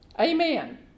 Amen